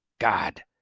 God